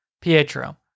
Pietro